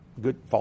good